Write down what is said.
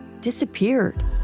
disappeared